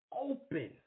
open